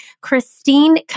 Christine